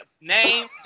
name